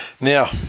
Now